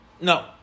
no